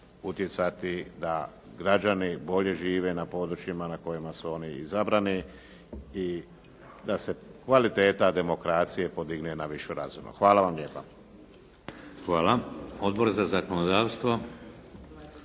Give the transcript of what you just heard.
utjecati da građani bolje žive na područjima na kojima su oni izabrani i da se kvaliteta demokracije podigne na višu razinu. Hvala vam lijepa. **Šeks, Vladimir (HDZ)** Hvala. Odbor za zakonodavstvo?